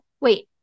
wait